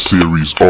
Series